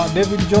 David